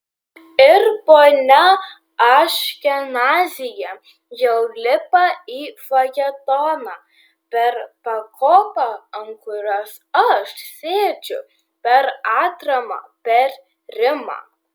ir ponia aškenazyje jau lipa į fajetoną per pakopą ant kurios aš sėdžiu per atramą per rimą